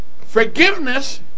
forgiveness